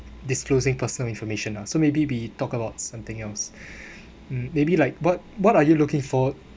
disclosing personal information ah so maybe we talk about something else mm maybe like what what are you looking for